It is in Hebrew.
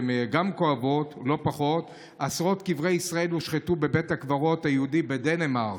כואבות לא פחות: עשרות קברי ישראל הושחתו בבית הקברות היהודי בדנמרק.